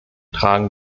tragen